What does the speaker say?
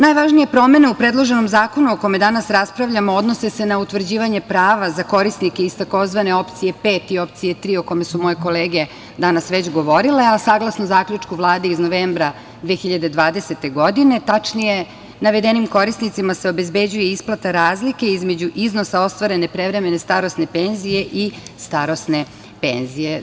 Najvažnije promene u predloženom zakonu o kome danas raspravljamo odnose se na utvrđivanje prava za korisnike iz tzv. opcije pet i opcije tri, o kome su moje kolege danas već govorile, a saglasno zaključku Vlade iz novembra 2020. godine, tačnije navedenim korisnicima se obezbeđuje isplata razlike između iznosa ostvarene prevremene starosne penzije i starosne penzije.